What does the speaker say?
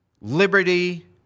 liberty